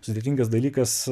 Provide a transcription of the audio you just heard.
sudėtingas dalykas